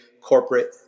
corporate